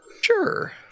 Sure